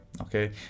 okay